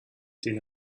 den